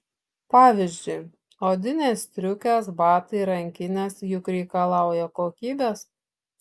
pavyzdžiui odinės striukės batai rankinės juk reikalauja kokybės